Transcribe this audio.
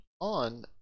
on